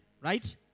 right